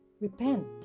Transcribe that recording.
Repent